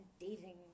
dating